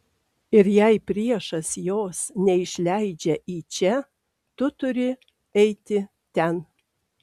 ir jei priešas jos neišleidžia į čia tu turi eiti ten